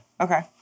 Okay